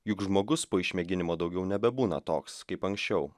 juk žmogus po išmėginimo daugiau nebebūna toks kaip anksčiau